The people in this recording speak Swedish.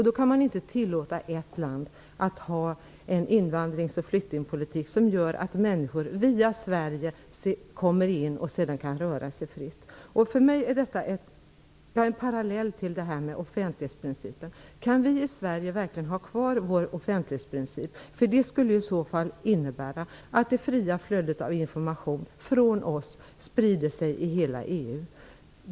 Då kan man inte tillåta ett EU-land att ha en invandringsoch flyktingpolitik som gör att människor via det landet, t.ex. Sverige, kommer in i EU och sedan kan röra sig fritt. För mig är detta en parallell till frågan om offentlighetsprincipen. Kan vi i Sverige verkligen ha kvar vår offentlighetsprincip? Det skulle innebära att det fria flödet av information från oss sprider sig i hela EU.